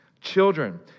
Children